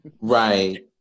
Right